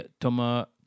Toma